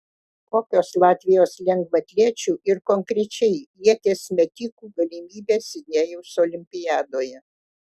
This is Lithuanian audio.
kokios latvijos lengvaatlečių ir konkrečiai ieties metikų galimybės sidnėjaus olimpiadoje